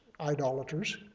idolaters